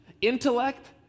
intellect